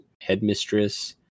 headmistress